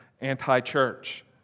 anti-church